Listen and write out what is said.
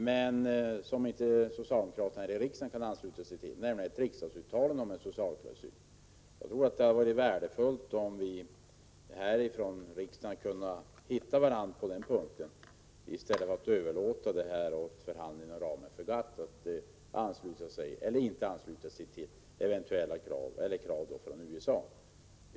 Men socialdemokraterna här i riksdagen kan inte ansluta sig till ett uttalande om en sådan klausul. Jag tror att det hade varit värdefullt om vi kunnat finna varandra på den punkten i stället för att överlåta saken till förhandlingar inom ramen för GATT och där ansluta oss eller inte ansluta oss till eventuella krav från USA.